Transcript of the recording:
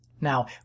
Now